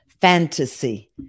Fantasy